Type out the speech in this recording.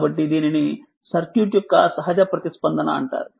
కాబట్టి దీనిని సర్క్యూట్ యొక్క సహజ ప్రతిస్పందన అంటారు